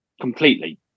completely